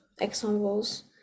examples